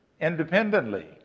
independently